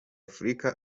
afurika